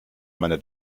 meine